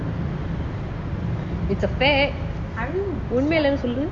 it's a fact உண்மை இல்லனு சொல்லு:unmai illanu sollu